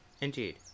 Indeed